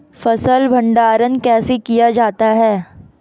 फ़सल भंडारण कैसे किया जाता है?